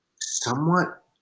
somewhat